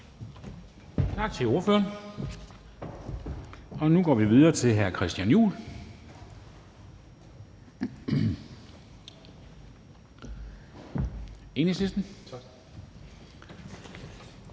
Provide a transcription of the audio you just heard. Tak til ordføreren. Nu går vi videre til hr. Christian Juhl, Enhedslisten.